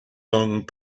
long